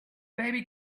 baby